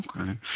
Okay